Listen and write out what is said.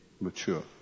mature